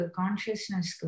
consciousness